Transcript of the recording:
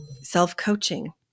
self-coaching